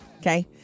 okay